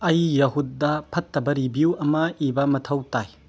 ꯑꯩ ꯌꯥꯍꯨꯠꯗ ꯐꯠꯇꯕ ꯔꯤꯕ꯭ꯌꯨ ꯑꯃ ꯏꯕ ꯃꯊꯧ ꯇꯥꯏ